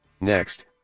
Next